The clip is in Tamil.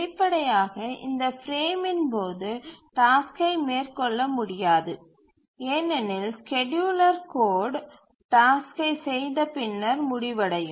வெளிப்படையாக இந்த பிரேமின் போது டாஸ்க்கை மேற்கொள்ள முடியாது ஏனெனில் ஸ்கேட்யூலர் கோடு டாஸ்க்கை செய்தபின்னர் முடிவடையும்